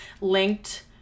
linked